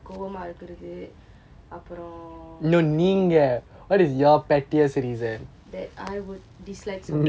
கோவமா இருக்கிறது அப்புறம்:kovamaa irukkirathu appuram that I would dislike someone